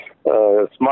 Smart